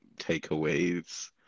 takeaways